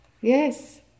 Yes